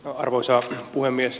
arvoisa puhemies